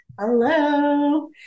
Hello